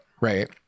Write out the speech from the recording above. right